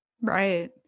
Right